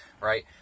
right